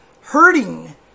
hurting